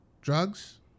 drugs